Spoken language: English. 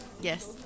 Yes